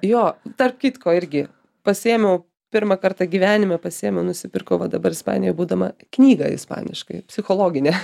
jo tarp kitko irgi pasiėmiau pirmą kartą gyvenime pasiėmiau nusipirkau va dabar ispanijoj būdama knygą ispaniškai psichologinę